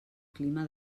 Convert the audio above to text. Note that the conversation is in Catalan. clima